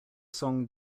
song